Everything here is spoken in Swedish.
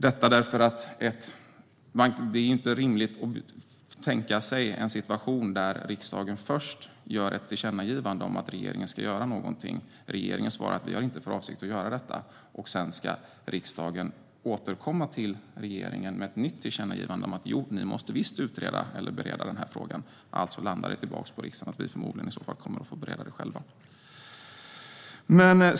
Det är ju inte rimligt att tänka sig en situation där riksdagen först gör ett tillkännagivande om att regeringen ska göra någonting, regeringen svarar att den inte har för avsikt att göra detta och riksdagen sedan ska återkomma till regeringen med ett nytt tillkännagivande om att jo, ni måste visst utreda eller bereda den här frågan. Alltså landar det tillbaka på riksdagen att vi förmodligen i så fall kommer att få bereda det själva.